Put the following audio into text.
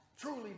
truly